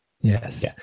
yes